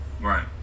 Right